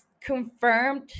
confirmed